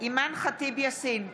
אימאן ח'טיב יאסין,